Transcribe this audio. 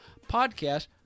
podcast